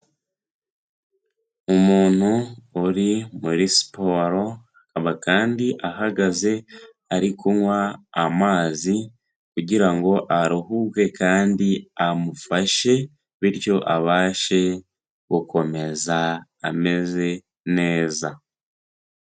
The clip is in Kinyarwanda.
Umuntu uri muri siporo akaba kandi ahagaze ari kunywa amazi kugira ngo aruhuke kandi amufashe bityo abashe gukomeza ameze neza.